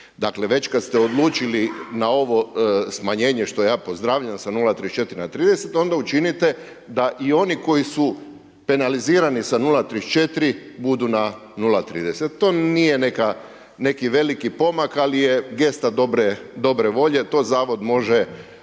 Dakle već kad ste odlučili na ovo smanjenje što ja pozdravljam sa 0,34 na 0,30 onda učinite da i oni koji su penalizirani sa 0,34 budu na 0,30. To nije neki veliki pomak ali je gesta dobre volje, to zavod može